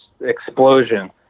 explosion